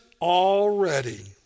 already